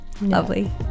Lovely